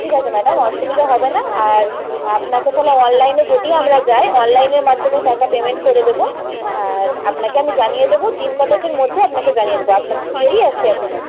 ঠিক আছে ম্যাডাম অসুবিধে হবে না আর আপনাকে তাহলে অনলাইনে যদি আমরা যাই অনলাইনের মাধ্যমে টাকা পেমেন্ট করে দেবো আর আপনাকে আমি জানিয়ে দেবো দিনকতকের মধ্যে আপনাকে জানিয়ে দেবো আপনাদের তো দেরি আছে এখনও